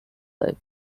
life